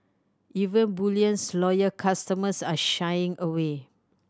even bullion's loyal customers are shying away